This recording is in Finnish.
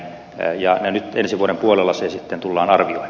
teija meni ensi vuoden puolella se sitten tullaan arvioi